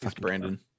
Brandon